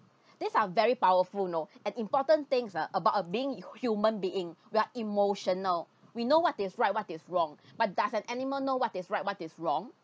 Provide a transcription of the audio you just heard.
these are very powerful know an important things uh about a being human being we are emotional we know what is right what is wrong but does an animal know what is right what is wrong